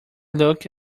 look